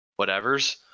whatevers